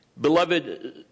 Beloved